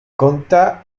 compta